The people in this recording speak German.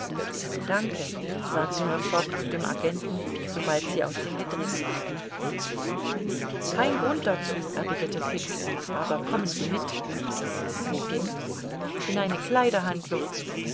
danke sagte herr fogg zu dem agenten sobald sie aus dem gedränge waren kein grund dazu erwiderte fix aber kommen sie mit wohin in eine